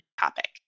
topic